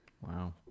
Wow